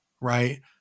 right